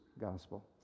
gospel